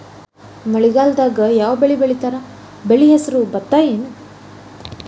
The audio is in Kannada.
ಮಳೆಗಾಲದಾಗ್ ಯಾವ್ ಬೆಳಿ ಬೆಳಿತಾರ, ಬೆಳಿ ಹೆಸರು ಭತ್ತ ಏನ್?